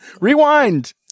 Rewind